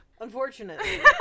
Unfortunately